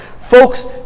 Folks